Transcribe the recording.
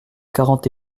quarante